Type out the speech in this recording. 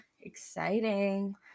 exciting